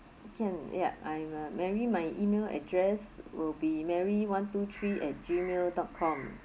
can ya I'm uh mary my email address will be mary one two three at G mail dot com